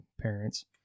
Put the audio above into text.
parents